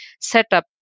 setup